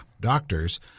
doctors